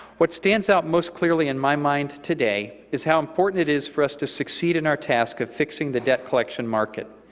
what stands out most clearly in my mind today is how important it is for us to succeed in our task of fixing the debt collection market.